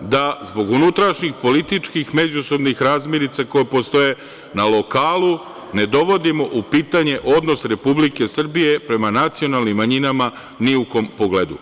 da zbog unutrašnjih, političkih, međusobnih razmirica koje postoje na lokalu ne dovodimo u pitanje odnos Republike Srbije prema nacionalnim manjinama ni u kom pogledu.